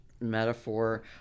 metaphor